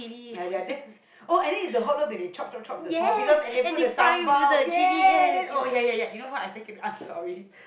ya ya that is I think is the hotdog they chop chop chop the small pieces and then put the sambal ya then you know what I take it oh sorry